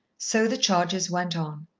so the charges went on.